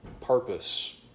purpose